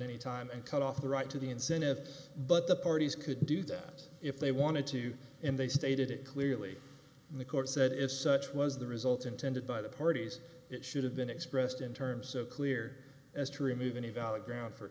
any time and cut off the right to the incentives but the parties could do that if they wanted to and they stated it clearly and the court said if such was the result intended by the parties it should have been expressed in terms of clear as to remove any valid grounds for